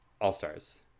All-Stars